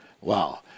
Wow